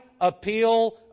appeal